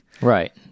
Right